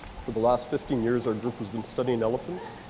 for the last fifteen years, our group has been studying elephants.